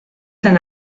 zen